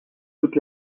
toute